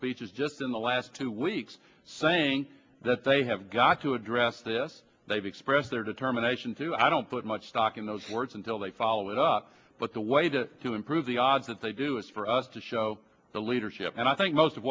speeches just in the last two weeks saying that they have got to address this they've expressed their determination to i don't put much stock in those words until they follow it up but the way to to improve the odds that they do is for us to show the leadership and i think most of